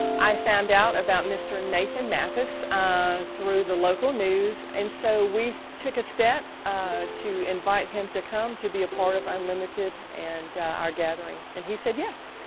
i found out about mr. nathan mathis um through the local news and so we took a step to invite him to come to be a part of unlimited and our gathering, and he said yes.